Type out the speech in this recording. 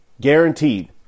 Guaranteed